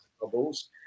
bubbles